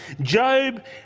Job